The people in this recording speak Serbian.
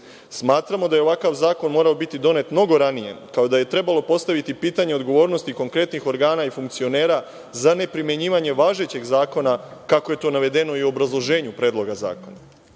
Smatramo da je ovakav zakon mora biti donet mnogo ranije, kao i da je trebalo postaviti pitanje odgovornosti konkretnih organa i funkcionera za neprimenjivanje važećih zakona, kako je to i navedeno u obrazloženju predloga